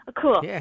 cool